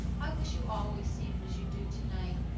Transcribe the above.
i wish you always seemed as you do to-night.